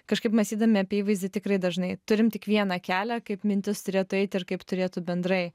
kažkaip mąstydami apie įvaizdį tikrai dažnai turim tik vieną kelią kaip mintis turėtų eiti ir kaip turėtų bendrai